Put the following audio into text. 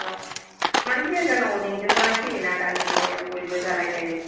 औ मानो फैया जानांगौ लिंदोंबालाय फैयोना दानि जुगावलाय बयबो जालायखायो